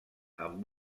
amb